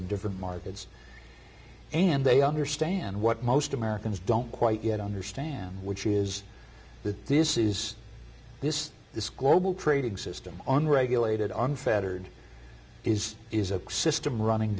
in different markets and they understand what most americans don't quite yet understand which is that this is this this global trading system on regulated unfettered is is a system running